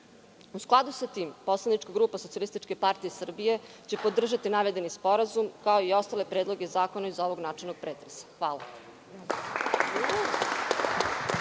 skladu sa tim, poslanička grupa SPS će podržati navedeni sporazum, kao i ostale predloge zakona iz ovog načelnog pretresa. Hvala.